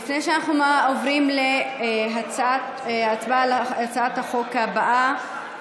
לפני שאנחנו עוברים להצעת החוק הבאה,